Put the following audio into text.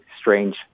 strange